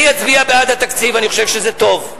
אני אצביע בעד התקציב, אני חושב שזה טוב,